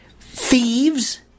thieves